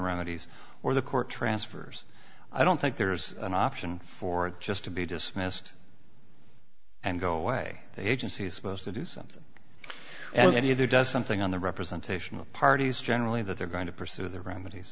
romneys or the court transfers i don't think there's an option for it just to be dismissed and go away the agency is supposed to do something and either does something on the representation of parties generally that they're going to pursue the remedies